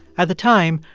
at the time,